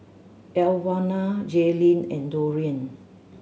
Elwanda Jayleen and Dorian